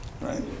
Right